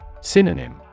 Synonym